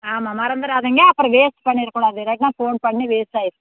ஆமாம் மறந்துடாதிங்க அப்புறம் வேஸ்ட் பண்ணிடக்கூடாது இதாட்டம் தான் ஃபோன் பண்ணி வேஸ்ட் ஆயிடும்